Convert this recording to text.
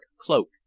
cloak